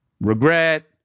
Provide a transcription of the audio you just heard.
regret